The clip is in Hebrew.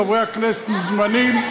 חברי הכנסת מוזמנים,